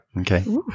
Okay